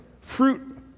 fruit